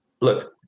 look